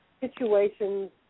situations